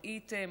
ראיתם.